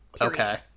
Okay